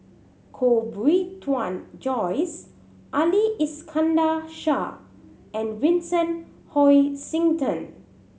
Koh Bee Tuan Joyce Ali Iskandar Shah and Vincent Hoisington